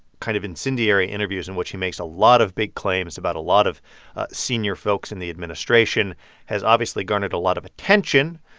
kind of incendiary interviews in which he makes a lot of big claims about a lot of senior folks in the administration has obviously garnered a lot of attention.